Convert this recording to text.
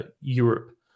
Europe